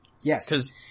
Yes